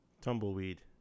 Tumbleweed